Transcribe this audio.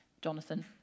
Jonathan